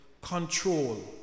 control